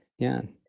yeah.